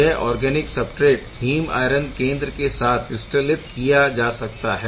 यह organic substrate haem iron केंद्र के साथ क्रिस्टलित किया जा सकता है